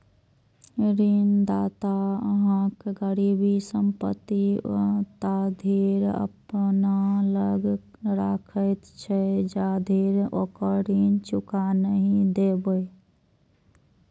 ऋणदाता अहांक गिरवी संपत्ति ताधरि अपना लग राखैत छै, जाधरि ओकर ऋण चुका नहि देबै